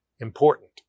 Important